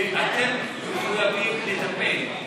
ואתם מחויבים לטפל.